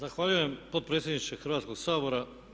Zahvaljujem potpredsjedniče Hrvatskog sabora.